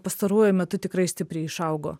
pastaruoju metu tikrai stipriai išaugo